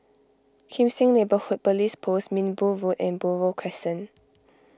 Kim Seng Neighbourhood Police Post Minbu Road and Buroh Crescent